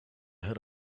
had